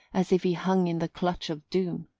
as if he hung in the clutch of doom.